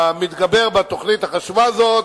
המתגבר בתוכנית החשובה הזאת,